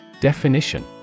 Definition